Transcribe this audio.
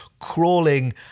crawling